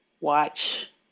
watch